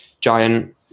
giant